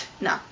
no